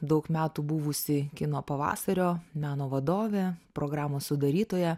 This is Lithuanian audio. daug metų buvusi kino pavasario meno vadovė programos sudarytoja